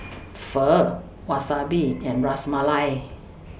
Pho Wasabi and Ras Malai